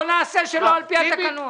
לא נפעל שלא על פי התקנון.